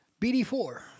BD4